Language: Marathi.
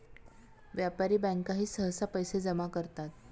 व्यापारी बँकाही सहसा पैसे जमा करतात